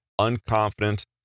unconfident